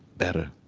better.